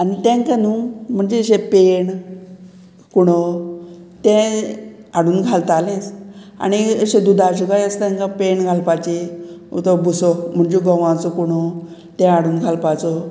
आनी तांकां न्हू म्हणजे अशें पेण कुणो ते हाडून घालतालेच आनी अशे दुदाचे काय आसता तांकां पेण घालपाचे तो बुसो म्हणजे गंवाचो कुणो ते हाडून घालपाचो